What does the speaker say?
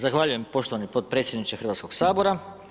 Zahvaljujem poštovani potpredsjedniče Hrvatskog sabora.